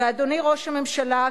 אדוני ראש הממשלה,